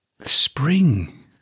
spring